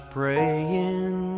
praying